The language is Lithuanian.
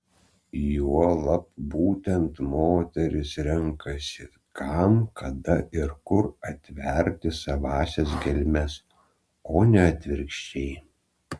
juolab būtent moteris renkasi kam kada ir kur atverti savąsias gelmes o ne atvirkščiai